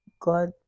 god